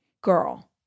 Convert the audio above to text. girl